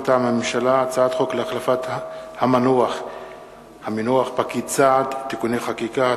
מטעם הממשלה: הצעת חוק להחלפת המונח פקיד סעד (תיקוני חקיקה),